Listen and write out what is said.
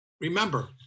remember